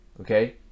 okay